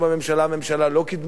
הממשלה לא קידמה את זה,